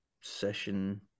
session